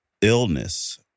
illness